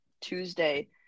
Tuesday